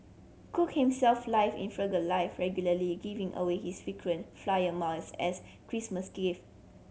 cook himself live in frugal life regularly giving away his frequent flyer miles as Christmas gift